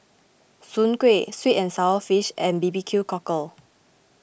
Soon Kway Sweet and Sour Fish and B B Q Cockle